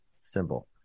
simple